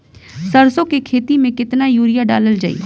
सरसों के खेती में केतना यूरिया डालल जाई?